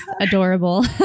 adorable